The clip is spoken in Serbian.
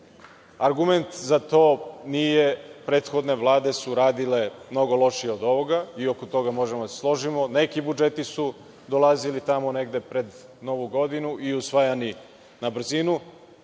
argument za to nije - prethodne vlade su radile mnogo lošije od ovoga. I oko toga možemo da se složimo. Neki budžeti su dolazili tamo negde pred Novu godinu i usvajani na brzinu